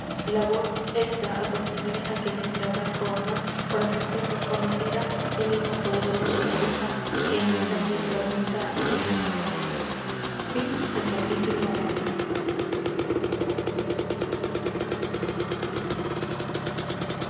la voz ésta apacible aquélla ingrata forman por atraccion desconocida el himno poderoso de la vida que en los aires fermenta y se dilata